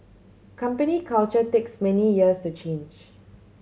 company culture takes many years to change